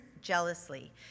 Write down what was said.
jealously